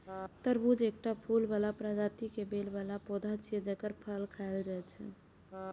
तरबूज एकटा फूल बला प्रजाति के बेल बला पौधा छियै, जेकर फल खायल जाइ छै